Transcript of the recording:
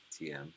TM